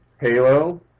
Halo